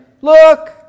look